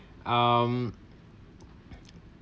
um